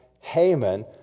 Haman